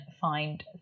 find